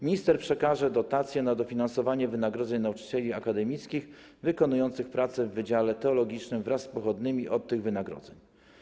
Minister przekaże dotacje na dofinansowanie wynagrodzeń nauczycieli akademickich wykonujących pracę na wydziale teologicznym wraz z pochodnymi od tych wynagrodzeń.